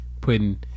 putting